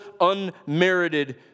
unmerited